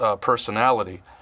personality